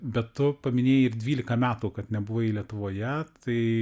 bet tu paminėjai ir dvylika metų kad nebuvai lietuvoje tai